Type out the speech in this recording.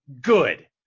good